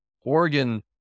Oregon